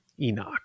Enoch